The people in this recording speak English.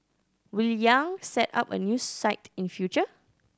Will Yang set up a new site in future